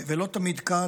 ולא תמיד קל.